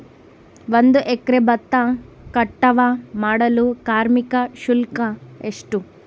ಒಂದು ಎಕರೆ ಭತ್ತ ಕಟಾವ್ ಮಾಡಲು ಕಾರ್ಮಿಕ ಶುಲ್ಕ ಎಷ್ಟು?